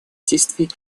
действий